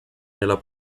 nella